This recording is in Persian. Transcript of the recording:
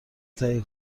تهیه